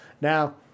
Now